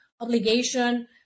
obligation